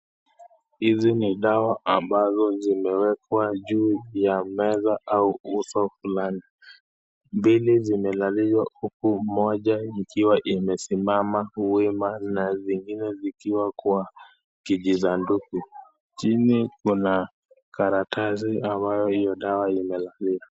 Hizi ni dawa ambazo zimewekwa juu ya meza au uso fulani. Mbili zimelalia huku moja ikiwa imesimama wima na zingine zikiwa kwa kijisanduku. Chini kuna karatasi ambayo hiyo dawa imelalia.